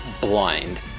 blind